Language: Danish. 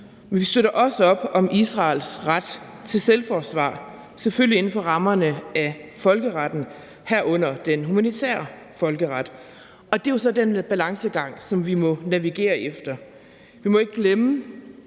Men vi støtter også op om Israels ret til selvforsvar, selvfølgelig inden for rammerne af folkeretten, herunder den humanitære folkeret. Det er jo så den balancegang, som vi må navigere efter. Vi må ikke glemme